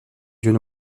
yeux